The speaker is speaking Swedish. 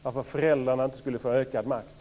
Varför skulle inte föräldrarna få ökad makt?